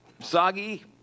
soggy